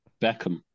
Beckham